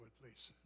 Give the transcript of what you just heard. please